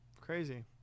Crazy